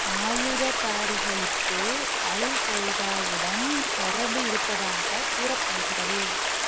ஆயுததாரிகளுக்கு அல் கொய்தாவுடன் தொடர்பு இருப்பதாகக் கூறப்படுகிறது